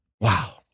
Wow